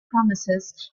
promises